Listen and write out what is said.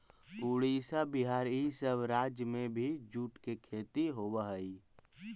उड़ीसा, बिहार, इ सब राज्य में भी जूट के खेती होवऽ हई